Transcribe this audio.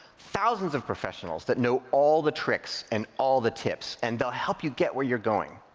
thousands of professionals that know all the tricks and all the tips. and they'll help you get where you're going.